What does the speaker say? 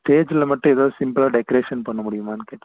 ஸ்டேஜ்ஜில் மட்டும் எதாவது சிம்பிளாக டெக்ரேஷன் பண்ண முடியுமானு கேட்டேன்